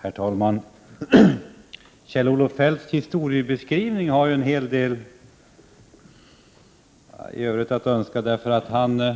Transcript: Herr talman! Kjell-Olof Feldts historieskrivning lämnar en hel del övrigt att önska, för han